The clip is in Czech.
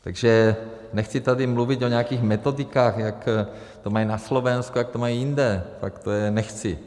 Takže nechci tady mluvit o nějakých metodikách, jak to mají na Slovensku, jak to mají jinde, tak to já nechci.